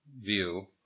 view